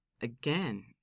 again